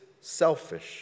selfish